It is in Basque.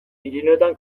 pirinioetan